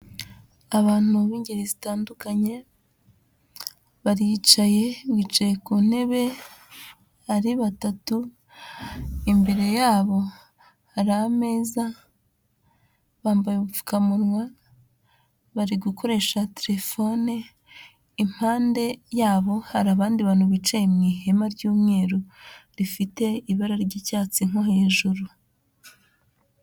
Abantu b'ingeri zitandukanye, baricaye, bicaye ku ntebe ari batatu, imbere yabo hari ameza, bambaye ubupfukamunwa bari gukoresha telefone, impande yabo hari abandi bantu bicaye mu ihema ry'umweru rifite ibara ry'icyatsi nko hejuru.